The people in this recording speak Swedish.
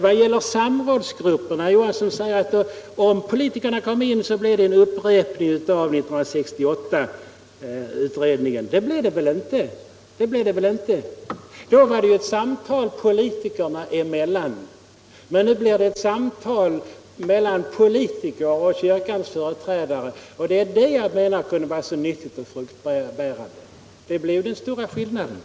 Vad gäller samrådsgrupperna säger herr Johansson att det, om politikerna kommer in, blir en upprepning av 1968 års utredning. Det blir det väl inte. Då var det fråga om samtal politikerna emellan, men nu blir det samtal mellan politiker och kyrkans företrädare. Det är den stora skillnaden och det som jag menar skulle vara nyttigt och fruktbärande.